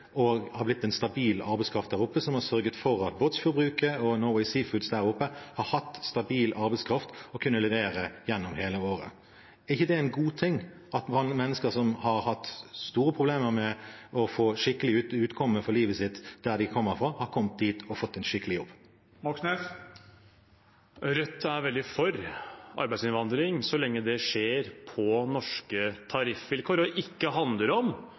blitt en stabil arbeidskraft der oppe som har sørget for at Båtsfjordbruket og Norway Seafoods har hatt stabil arbeidskraft og har kunnet levere gjennom hele året. Er det ikke en god ting at mennesker som har hatt store problemer med å få et skikkelig utkomme i livet sitt der de kommer fra, har kommet dit og fått en skikkelig jobb? Rødt er veldig for arbeidsinnvandring så lenge det skjer på norske tariffvilkår og ikke handler om